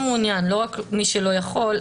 לא רק מי שלא יכול,